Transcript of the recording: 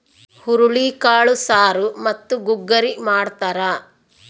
ಹುರುಳಿಕಾಳು ಸಾರು ಮತ್ತು ಗುಗ್ಗರಿ ಮಾಡ್ತಾರ